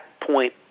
point